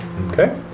Okay